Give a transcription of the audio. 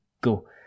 go